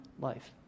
life